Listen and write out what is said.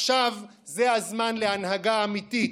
עכשיו זה הזמן להנהגה אמיתית,